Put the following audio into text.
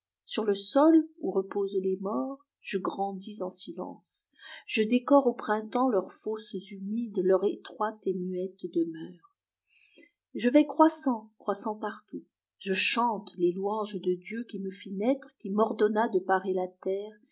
sur le sol où reposent les morts je grandis en silence je décore au printemps leurs fosses humides leur étroite et muette demeure je vais croissant croissant partout je chante les louanges de dieu qui me lit naître qui m'ordonna de parer la terre